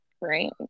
Right